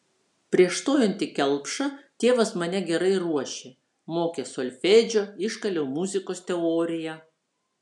prieš stojant į kelpšą tėvas mane gerai ruošė mokė solfedžio iškaliau muzikos teoriją